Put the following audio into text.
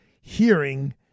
hearing